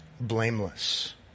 blameless